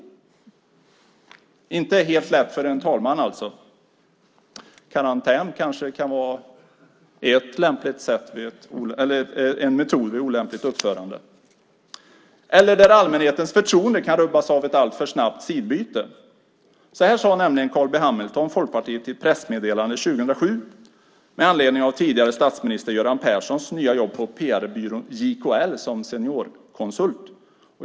Det är inte helt lätt för en talman att avgöra vad som är rätt. Karantän kan kanske vara en metod vid olämpligt uppförande eller när allmänhetens förtroende kan rubbas av ett alltför snabbt sidbyte. Så här sade Carl B Hamilton, Folkpartiet, i ett pressmeddelande 2007 med anledning av tidigare statsminister Göran Perssons nya jobb på PR-byrån JKL som seniorkonsult.